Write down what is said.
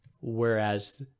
Whereas